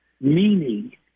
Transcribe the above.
meaning